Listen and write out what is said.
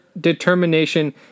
determination